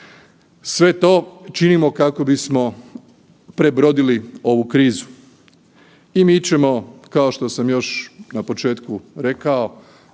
Sve to činimo kako bismo prebrodili ovu krizu. I mi ćemo, kao što sam već na početku rekao,